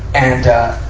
and,